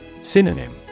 Synonym